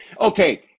Okay